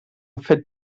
fet